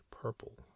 purple